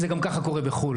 זה גם כך קורה בחו"ל.